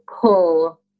pull